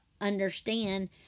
understand